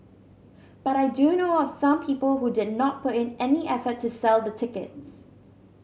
but I do know of some people who did not put in any effort to sell the tickets